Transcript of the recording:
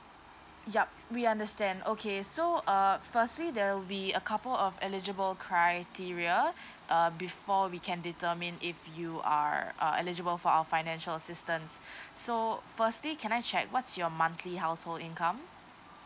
yup we understand okay so uh firstly there will be a couple of eligible criteria uh before we can determine if you are uh eligible for our financial assistance so firstly can I check what's your monthly household income